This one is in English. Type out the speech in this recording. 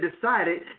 decided